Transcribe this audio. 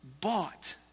bought